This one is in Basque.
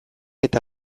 eta